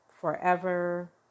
forever